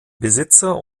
besitzer